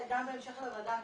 גם בהמשך לוועדה הקודמת,